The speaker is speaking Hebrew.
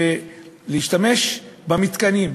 להשתמש במתקנים,